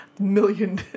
Million